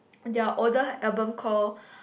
their older album call